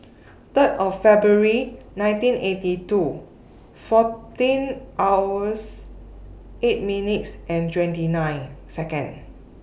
Third of February nineteen eighty two fourteen hours eight minutes and twenty nine Seconds